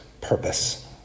purpose